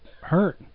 hurt